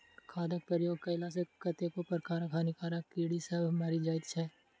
खादक प्रयोग कएला सॅ कतेको प्रकारक हानिकारक कीड़ी सभ मरि जाइत छै